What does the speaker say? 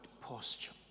posture